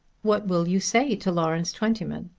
what will you say to lawrence twentyman?